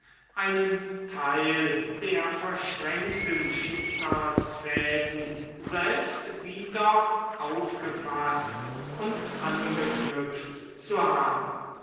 einen teil der verschränkten schicksalsfäden selbst wieder aufgefaßt und angeknüpft zu haben